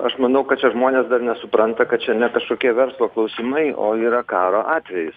aš manau kad čia žmonės dar nesupranta kad čia ne kažkokie verslo klausimai o yra karo atvejis